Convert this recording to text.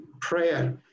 prayer